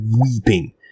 weeping